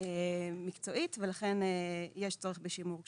מקצועית ולכן יש צורך בשימור כשירות.